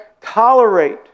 tolerate